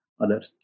others